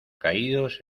caídos